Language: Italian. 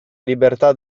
libertà